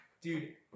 Dude